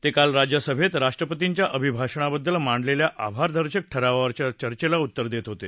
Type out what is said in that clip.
ते काल राज्यसभेत राष्ट्रपतींच्या अभिभाषणाबद्दल मांडलेल्या आभारदर्शक ठरावावरच्या चर्चेला उत्तर देत होते